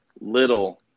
little –